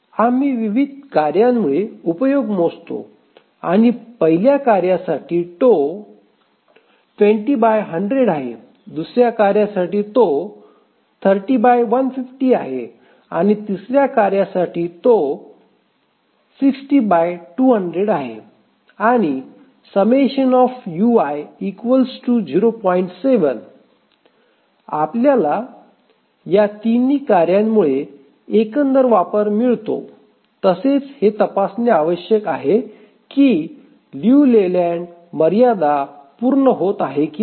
आम्ही विविध कार्यामुळे उपयोग मोजतो आणि पहिल्या कार्यासाठी तो आहे दुसऱ्या कार्यासाठी तो आहे आणि तिसऱ्या कार्यासाठी तो आहे आणि आपल्याला हा तिन्ही कार्यामुळे एकंदर वापर मिळतो तसेच हे तपासणे आवश्यक आहे की लियू लेलँड मर्यादा पूर्ण होत आहे की नाही